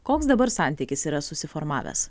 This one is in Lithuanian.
koks dabar santykis yra susiformavęs